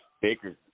Baker's